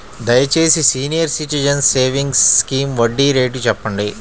దయచేసి senior citizens savings scheme వడ్డీ rate చెప్పండి